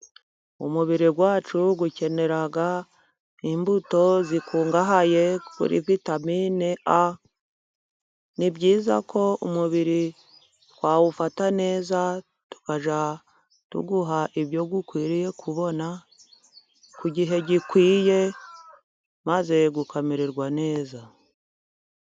Umubiri wacu ukenerag imbuto zikungahaye kuri vitamine A. Ni byiza ko umubiri twawufata neza tukajya tuwuha ibyo ukwiriye kubona ku gihe gikwiye, maze ukamererwa neza.